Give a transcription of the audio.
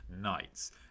knights